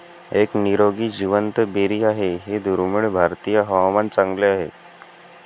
एक निरोगी जिवंत बेरी आहे हे दुर्मिळ भारतीय हवामान चांगले आहे